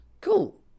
Cool